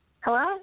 Hello